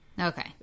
Okay